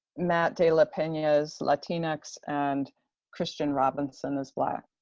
matt de la pena is latinx and christian robinson is black.